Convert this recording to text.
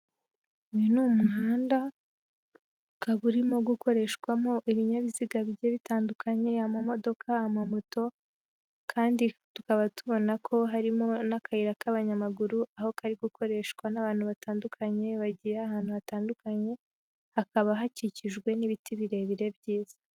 Uyu ni umuhanda ukaba urimo gukoreshwamo ibinyabiziga bijye bitandukanye amamodoka amamoto kandi tukaba tubona ko harimo n'akayira k'abanyamaguru aho kari gukoreshwa n'abantu batandukanye bagiye ahantu hatandukanye hakaba hakikijwe n'ibiti birebire byiza.